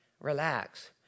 Relax